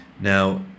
Now